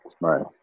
Right